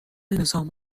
نظام